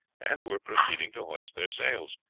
and were proceeding to hoist their sails.